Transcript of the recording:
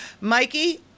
Mikey